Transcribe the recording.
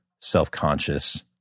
self-conscious